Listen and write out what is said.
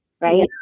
right